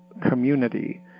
community